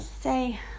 Say